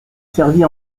servit